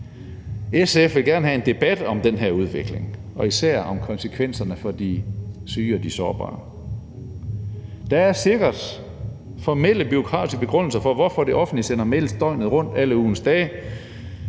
SF vil gerne have en debat om den her udvikling og især om konsekvenserne for de syge og de sårbare. Der er sikkert formelle bureaukratiske begrundelser for, hvorfor det offentlige sender mails døgnet rundt alle ugens dage,